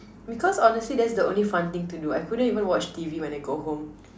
because honestly that's the only fun thing to do I couldn't even watch T V when I go home